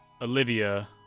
Olivia